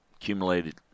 accumulated